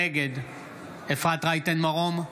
נגד אפרת רייטן מרום,